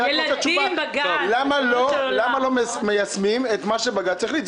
אני רק רוצה תשובה למה לא מיישמים את מה שבג"צ החליט?